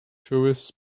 tourists